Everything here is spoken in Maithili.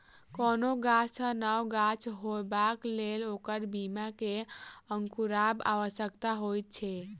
कोनो गाछ सॅ नव गाछ होयबाक लेल ओकर बीया के अंकुरायब आवश्यक होइत छै